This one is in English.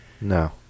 No